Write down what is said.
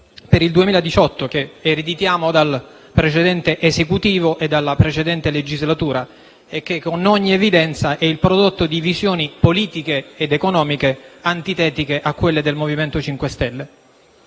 per il 2018 che ereditiamo dal precedente Esecutivo e dalla precedente legislatura e che, con ogni evidenza, è il prodotto di visioni politiche ed economiche antitetiche a quelle del MoVimento 5 Stelle.